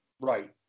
right